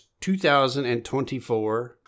2024